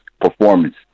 performance